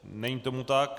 Není tomu tak.